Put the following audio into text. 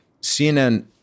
CNN